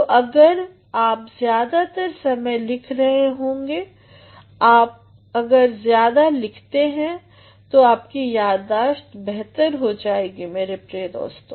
तो अगर आप ज्यादातर समय लिख रहे होते हैं अगर आप ज्यादा लिखते हैं तो आपकी याददाश्त बेहतर हो जाएगी मेरे प्रिय दोस्तों